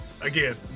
again